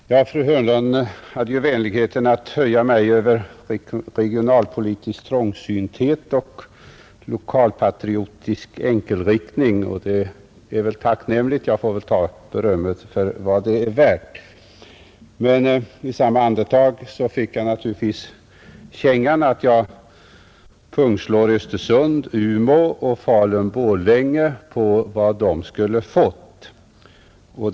Fru talman! Fru Hörnlund hade vänligheten att höja mig över regionalpolitisk trångsynthet och lokalpatriotisk enkelriktning. Det är väl tacknämligt — jag får ta berömmet för vad det är värt. Men i samma andetag gav hon mig naturligtvis kängan, att jag pungslår Östersund, Umeå och Falun-Borlänge på vad dessa orter skulle ha fått.